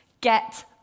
Get